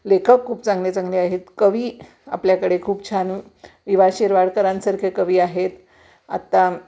लेखक खूप चांगले चांगले आहेत कवी आपल्याकडे खूप छान वि वा शिरवाडकरांसारखे कवी आहेत आत्ता